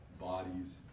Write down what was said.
bodies